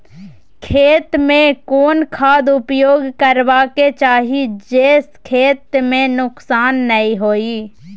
खेत में कोन खाद उपयोग करबा के चाही जे स खेत में नुकसान नैय होय?